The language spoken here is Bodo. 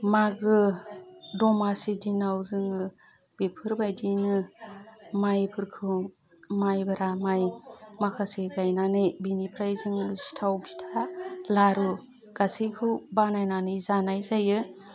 मागो दमासि दिनाव जों बेफोरबायदिनो माइफोरखौ माइग्रा माइ माखासे गायनानै बेनिफ्राय जों सिथाव फिथा लारु गासैखौबो